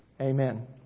Amen